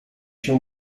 się